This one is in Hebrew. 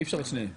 אי אפשר את שניהם.